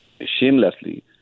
shamelessly